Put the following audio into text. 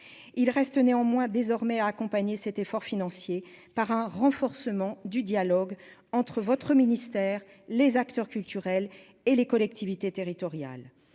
il reste néanmoins désormais accompagner cet effort financier par un renforcement du dialogue entre votre ministère les acteurs culturels et les collectivités territoriales,